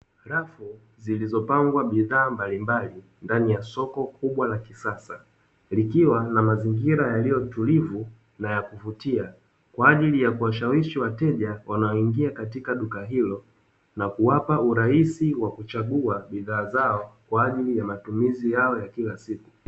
Rafu zilizopangwa bidhaa mbalimbali ndani ya soko kubwa la kisasa, likiwa na mazingira yaliyo tulivu na ya kuvutia, kwa ajili ya kuwashawishi wateja wanaoingia katika duka hilo, na kuwapa uraisi wa kuchagua bidhaa zao, kwa ajili ya matumizi yao ya kila siku.